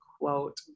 quote